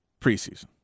preseason